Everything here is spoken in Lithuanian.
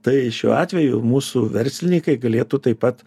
tai šiuo atveju mūsų verslininkai galėtų taip pat